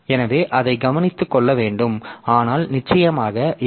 எனவே அதை கவனித்துக்கொள்ள வேண்டும் ஆனால் நிச்சயமாக எஸ்